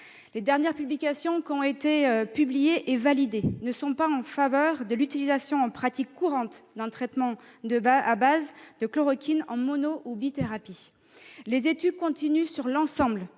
Les dernières études qui ont été publiées et validées ne sont pas en faveur de l'utilisation en pratique courante d'un traitement à base de chloroquine en mono-ou bithérapie. Les études se poursuivent néanmoins sur l'ensemble